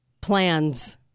plans